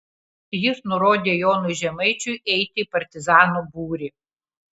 jis nurodė jonui žemaičiui eiti į partizanų būrį